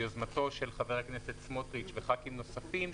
ביוזמתו של חבר הכנסת סמוטריץ וחברי כנסת נוספים,